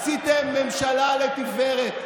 עשיתם ממשלה לתפארת,